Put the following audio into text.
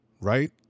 right